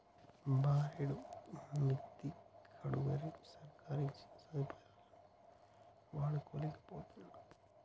బారెడు మిత్తికడ్తరుగని సర్కారిచ్చిన సదుపాయాలు వాడుకోలేకపోతరు